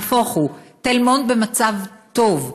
נהפוך הוא, תל מונד במצב טוב,